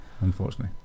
Unfortunately